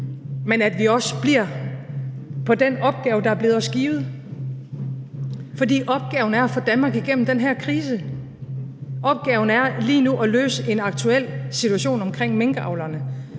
men at vi også bliver på den opgave, der er blevet os givet, fordi opgaven er at få Danmark igennem den her krise. Opgaven er lige nu at løse en aktuel situation omkring minkavlerne,